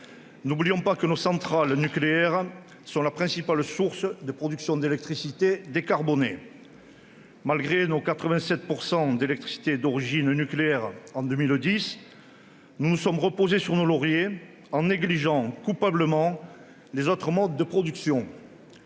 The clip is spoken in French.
N'oublions pas que nos centrales nucléaires sont la principale source d'électricité décarbonée. Malgré nos 87 % d'électricité d'origine nucléaire en 2010, nous nous sommes reposés sur nos lauriers en négligeant coupablement les autres modes de production.